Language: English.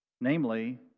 namely